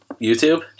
YouTube